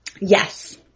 Yes